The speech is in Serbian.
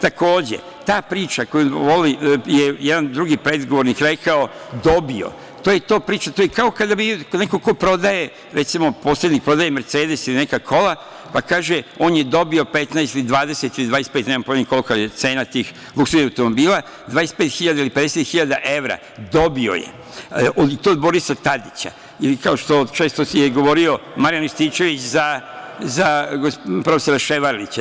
Takođe, ta priča koju je jedan drugi predgovornik rekao, dobio, to je ta priča, to je kao kada bi neko ko prodaje, recimo, posrednik prodaje „mercedes“ ili neka kola, pa kaže – on je dobio 15 ili 20 ili 25, nemam pojma ni kolika je cena tih luksuznih automobila, 25 hiljada ili 50 hiljada evra, dobio je, i to od Borisa Tadića, ili kao što često je govorio Marijan Rističević za prof. Ševarlića.